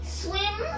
swim